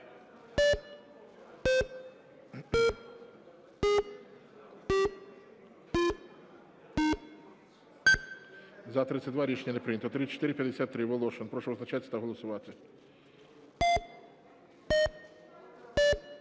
За-27 Рішення не прийнято. 3727, Волошин. Прошу визначатись та голосувати.